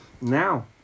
Now